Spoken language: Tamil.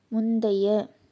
முந்தைய